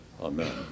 amen